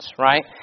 right